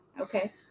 okay